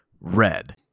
Red